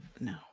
No